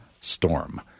Storm